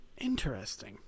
interesting